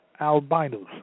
albinos